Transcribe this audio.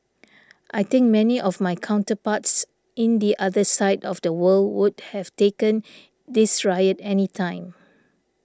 I think many of my counterparts in the other side of the world would have taken this riot any time